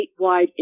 statewide